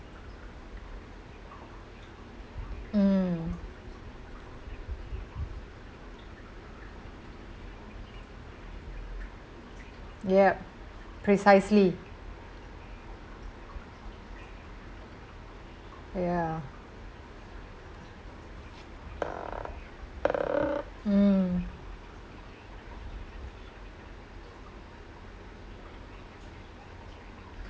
mm yup precisely ya mm